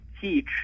teach